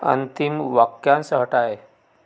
अंतिम वाक्यांश हटाएँ